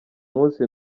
munsi